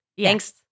Thanks